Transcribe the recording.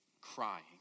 crying